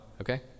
Okay